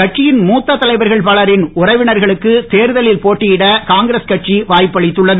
கட்சியின் மூத்த தலைவர்கள் பலரின் உறவினர்களுக்கு தேர்தலில் போட்டியிட காங்கிரஸ் கட்சி வாய்ப்பளித்துள்ளது